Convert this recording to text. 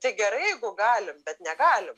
tai gerai jeigu galim bet negalim